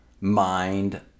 mind